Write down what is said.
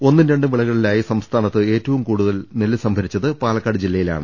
ഒന്നും രണ്ടും വിളകളിലായി സംസ്ഥാനത്ത് ഏറ്റവും കൂടുതൽ നെല്ല് സംഭരിച്ചത് പാലക്കാട് ജില്ലയിലാണ്